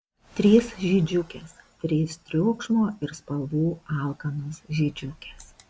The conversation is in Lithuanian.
trys žydžiukės trys triukšmo ir spalvų alkanos žydžiukės